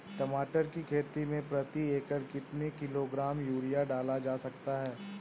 टमाटर की खेती में प्रति एकड़ कितनी किलो ग्राम यूरिया डाला जा सकता है?